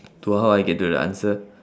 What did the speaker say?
to how I get to the answer